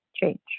change